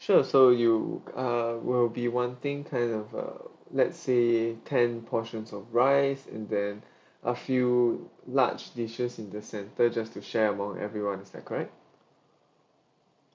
sure so you uh will be wanting kind of uh let's say ten portions of rice and then a few large dishes in the center just to share among everyone is that correct